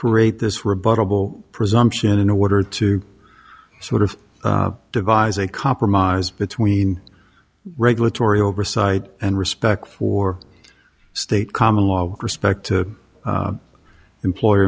create this rebuttable presumption in order to sort of devise a compromise between regulatory oversight and respect for state common law respect to employer